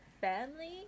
family